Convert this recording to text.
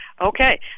Okay